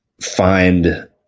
find